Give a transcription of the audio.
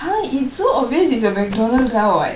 !huh! it's so obvious it's a macdonald ற:ra what